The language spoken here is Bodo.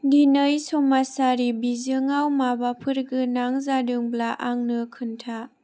दिनै समाजारि बिजोङाव माबाफोर गोनां जादोंब्ला आंनो खोन्था